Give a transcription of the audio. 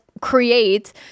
create